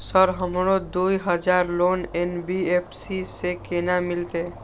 Sir हमरो दूय हजार लोन एन.बी.एफ.सी से केना मिलते?